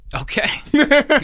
Okay